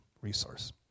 resource